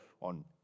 on